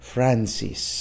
Francis